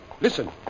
Listen